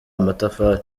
amatafari